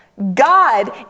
God